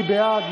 מי בעד?